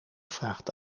vraagt